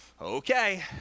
okay